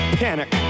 panic